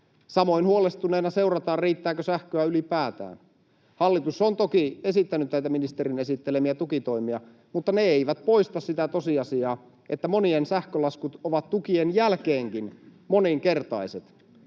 Samoin huolestuneena seurataan, riittääkö sähköä ylipäätään. Hallitus on toki esittänyt näitä ministerin esittelemiä tukitoimia, mutta ne eivät poista sitä tosiasiaa, että monien sähkölaskut ovat tukien jälkeenkin moninkertaiset.